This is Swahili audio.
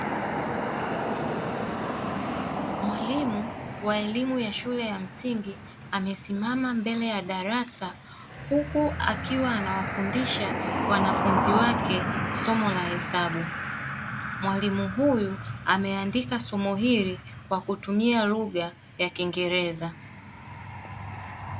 Mwalimu wa elimu ya shule ya msingi amesimama mbele ya darasa huku akiwa anawafundisha wanafunzi wake somo la hesabu, mwalimu huyu ameandika somo hili kwa kutumia lugha ya kiingereza.